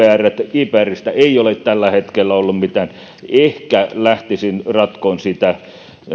ipristä ei ole tällä hetkellä ollut mitään ehkä lähtisin ratkomaan sitä